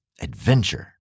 adventure